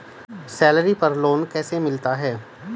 Salary पर loan कैसे मिलता है?